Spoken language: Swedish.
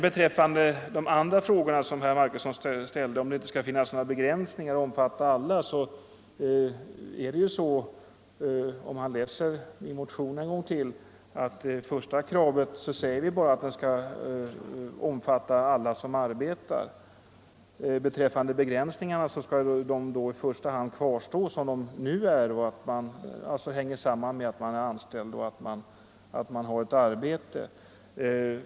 Beträffande de andra frågorna som herr Marcusson ställde - om det inte skulle finnas några begränsningar och om bestämmelserna skulle omfatta alla — står det i motionen att försäkringen bör omfatta alla som arbetar. De begränsningar som nu finns — att man är anställd och har ett arbete — skall kvarstå.